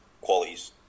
Qualities